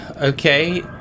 okay